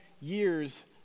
years